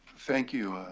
thank you,